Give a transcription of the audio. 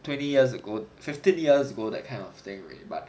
twenty years ago fifteen years ago that kind of thing but